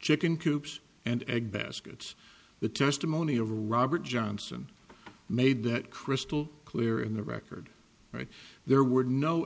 chicken coops and egg baskets the testimony of robert johnson made that crystal clear in the record right there were no